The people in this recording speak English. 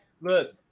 look